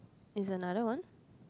it's another one